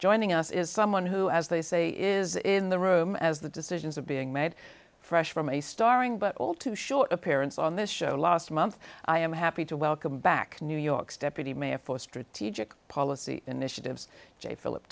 joining us is someone who as they say is in the room as the decisions are being made fresh from a starring but all too short appearance on this show last month i am happy to welcome back new york's deputy mayor for strategic policy initiatives j philip